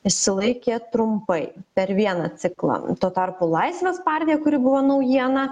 išsilaikė trumpai per vieną ciklą tuo tarpu laisvės partija kuri buvo naujiena